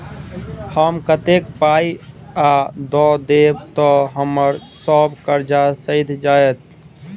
हम कतेक पाई आ दऽ देब तऽ हम्मर सब कर्जा सैध जाइत?